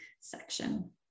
section